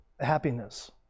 happiness